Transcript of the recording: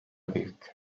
büyük